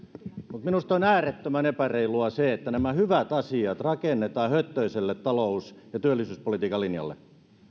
mutta minusta on äärettömän epäreilua se että nämä hyvät asiat rakennetaan höttöiselle talous ja työllisyyspolitiikan linjalle